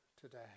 today